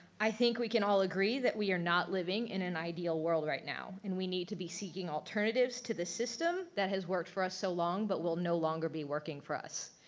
i think we can all agree that we are not living in an ideal world right now. and we need to be seeking alternatives to the system that has worked for us so long, but will no longer be working for us.